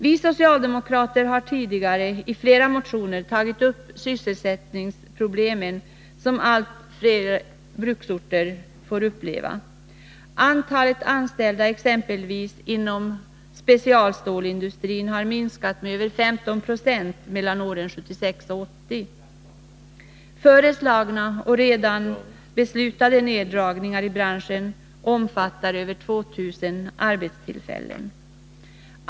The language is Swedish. Vi socialdemokrater har tidigare i flera motioner tagit upp de sysselsättningsproblem som allt fler bruksorter får uppleva. Antalet anställda inom exempelvis specialstålindustrin har minskat med över 15 26 åren mellan 1976 och 1980. Föreslagna eller redan beslutade neddragningar i branschen omfattar över 2 000 arbetstillfällen.